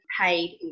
paid